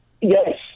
Yes